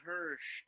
Hirsch